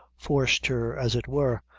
forced her, as it were,